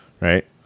right